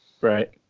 Right